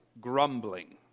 grumbling